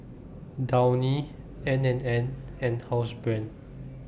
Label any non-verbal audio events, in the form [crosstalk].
Downy N and N and Housebrand [noise]